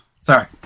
Sorry